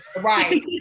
Right